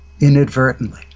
inadvertently